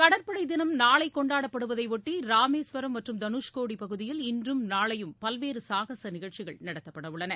கடற்படைதினம் நாளைகொண்டாடப்படுவதையொட்டி ராமேஸ்வரம் மற்றும் தனுஷ்கோடிபகுதியில் இன்றும் நாளையும் பல்வேறுசாகசநிகழ்ச்சிகள் நடத்தப்படஉள்ளன